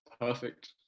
perfect